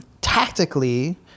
tactically